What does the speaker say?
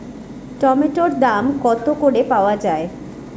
টমেটোর দাম কত করে পাওয়া যায়?